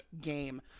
game